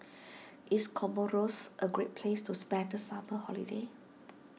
is Comoros a great place to spend the summer holiday